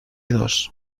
dos